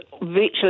virtually